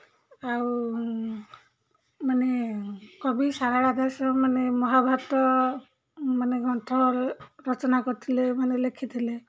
ଆଉ ମାନେ କବି ସାରଳା ଦାଶ ମାନେ ମହାଭାରତ ମାନେ ଗ୍ରନ୍ଥ ରଚନା କରିଥିଲେ ମାନେ ଲେଖିଥିଲେ